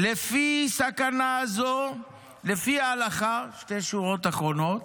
לפי ההלכה" שתי שורות אחרונות,